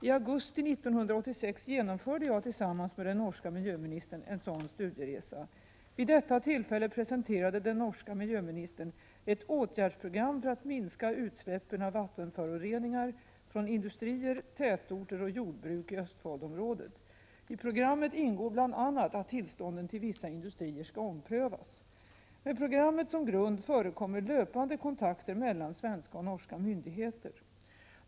I augusti 1986 genomförde jag tillsammans med den norska miljöministern en sådan studieresa. Vid detta tillfälle presenterade den norska miljöministern ett åtgärdsprogram för att minska utsläppen av vattenföroreningar från industrier, tätorter och jordbruk i Östfoldområdet. I programmet ingår bl.a. att tillstånden till vissa industrier skall omprövas. Med programmet som grund förekommer löpande kontakter mellan svenska och norska myndigheter.